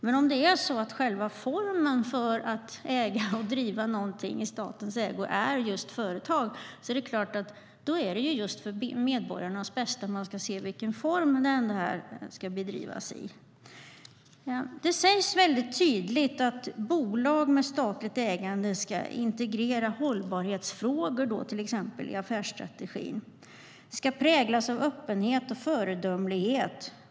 Men om själva formen för att äga och driva någonting i statens ägo är just företag är det klart att det är just för medborgarnas bästa man ska se i vilken form verksamheten ska bedrivas. Det sägs mycket tydligt att bolag med statligt ägande ska integrera hållbarhetsfrågor, till exempel i affärsstrategin, och ska präglas av öppenhet och föredömlighet.